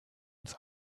ins